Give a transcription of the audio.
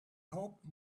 hope